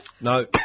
No